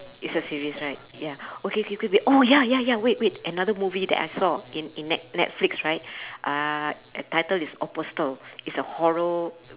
it's a series right ya okay K K wait oh ya ya ya wait wait another movie that I saw in in net~ netflix right uh title is apostle it's a horror